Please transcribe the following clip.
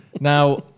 Now